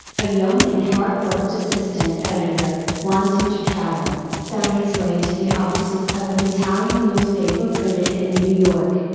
a young and hard worked assistant editor, wanting to travel, found his way to the offices of an italian newspaper printed in new york.